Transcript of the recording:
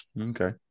Okay